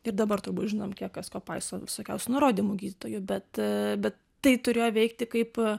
ir dabar turbūt žinom kiek kas ko paisom visokiausių nurodymų gydytojų bet tai turėjo veikti kaip